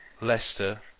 Leicester